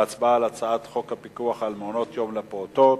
להצבעה על הצעת חוק הפיקוח על מעונות-יום לפעוטות,